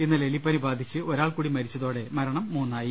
ഇന്നലെ എലിപ്പനി ബാധിച്ച് ഒരാൾകൂടി മരിച്ചതോടെ മരണം മൂന്നായി